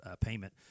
payment